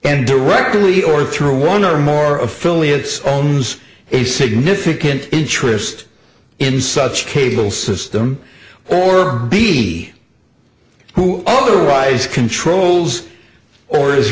and directly or through one or more affiliates owns a significant interest in such cable system or b who otherwise controls or is